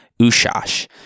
Ushash